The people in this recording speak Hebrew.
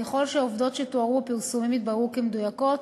ככל שהעובדות שתוארו בפרסומים יתבררו כמדויקות,